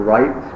Right